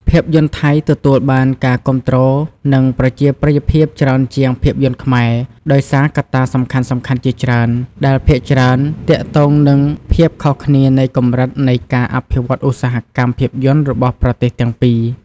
ភាពយន្តថៃទទួលបានការគាំទ្រ និងប្រជាប្រិយភាពច្រើនជាងភាពយន្តខ្មែរ ដោយសារកត្តាសំខាន់ៗជាច្រើន ដែលភាគច្រើនទាក់ទងនឹងភាពខុសគ្នានៃកម្រិតនៃការអភិវឌ្ឍឧស្សាហកម្មភាពយន្តរបស់ប្រទេសទាំងពីរ។